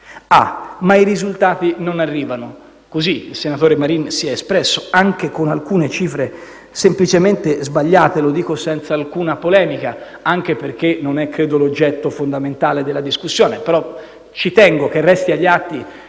«Ma i risultati non arrivano»: così il senatore Marin si è espresso, citando peraltro alcune cifre semplicemente sbagliate; lo dico senza alcuna polemica, anche perché non credo che sia l'oggetto fondamentale della discussione, ma ci tengo che resti agli atti.